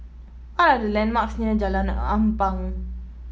what are the landmarks near Jalan Ampang